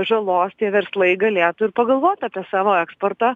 žalos tie verslai galėtų ir pagalvot apie savo eksportą